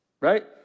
Right